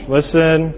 Listen